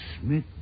Smith